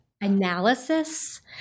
analysis